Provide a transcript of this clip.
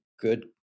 good